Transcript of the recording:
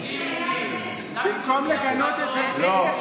במקום לגנות את זה,